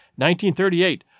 1938